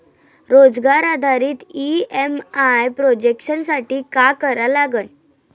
रोजगार आधारित EMI projection साठी का करा लागन?